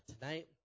tonight